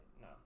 No